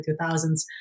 2000s